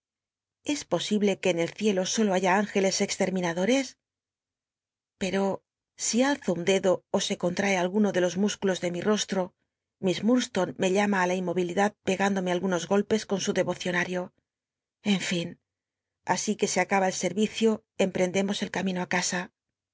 es posible que en el cielo solo haya ñngcles extermin adores pero si alzo un dedo ó se contrae al uno de los músculo le mi ro tro miss iiurdstone me llama á la inmo ilirl ul pr indomc alguno golprs con u dnot'ionario en fin así tuc e acaba el scnicio em l'cntlemo el camino de c